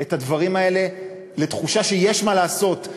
את הדברים האלה לתחושה שיש מה לעשות,